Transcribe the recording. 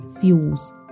fuels